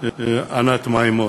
ענת מימון.